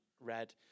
read